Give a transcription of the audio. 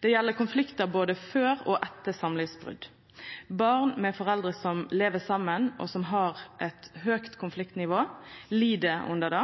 Det gjeld konfliktar både før og etter samlivsbrot. Barn med foreldre som lever saman, og som har eit høgt konfliktnivå, lid under det.